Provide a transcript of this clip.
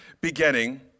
beginning